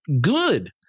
good